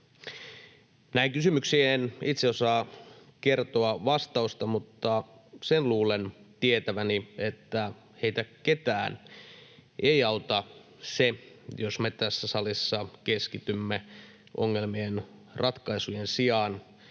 Näihin kysymyksiin en itse osaa kertoa vastausta, mutta sen luulen tietäväni, että heistä ketään ei auta se, jos me tässä salissa keskitymme ongelmien ratkaisujen sijaan